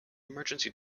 emergency